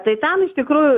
tai ten iš tikrųjų